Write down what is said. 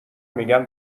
میگن